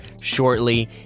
shortly